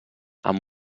amb